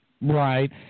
Right